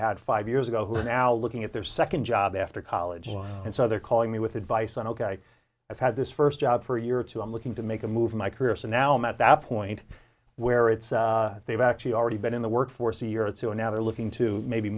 had five years ago who are now looking at their second job after college and so they're calling me with advice on ok i've had this first job for a year or two i'm looking to make a move my career so now i'm at that point where it's they've actually already been in the workforce a year or two and now they're looking to maybe